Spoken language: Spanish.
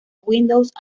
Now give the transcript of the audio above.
windows